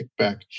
kickback